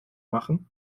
machen